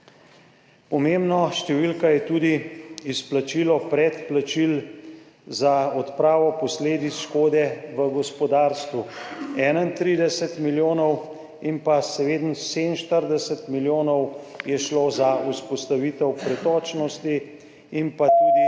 Pomembna številka je tudi izplačilo predplačil za odpravo posledic škode v gospodarstvu, 31 milijonov, in pa seveda 47 milijonov je šlo za vzpostavitev pretočnosti in pa tudi